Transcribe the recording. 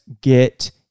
get